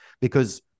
because-